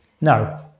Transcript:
no